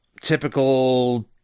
typical